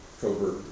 covert